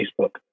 Facebook